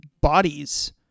bodies